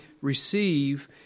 receive